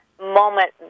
moment